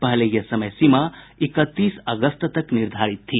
पहले यह समय सीमा इकतीस अगस्त तक निर्धारित थी